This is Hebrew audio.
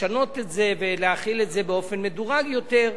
לשנות את זה ולהחיל את זה באופן מדורג יותר,